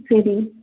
சரி